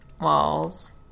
Walls